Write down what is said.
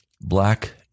black